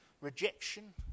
rejection